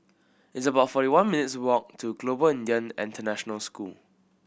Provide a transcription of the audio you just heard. it's about forty one minutes' walk to Global Indian International School